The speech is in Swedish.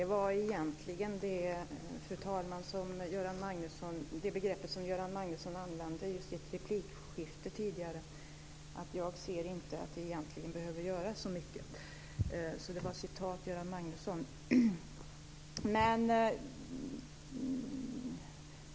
Fru talman! Det var egentligen det begrepp som Göran Magnusson använde i ett replikskifte tidigare. Jag ser inte att det egentligen behöver göras så mycket, sade han. Jag återgav alltså vad han hade sagt.